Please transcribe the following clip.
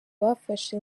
bafashe